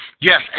Yes